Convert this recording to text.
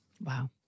Wow